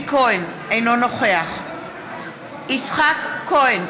אינו נוכח יצחק כהן,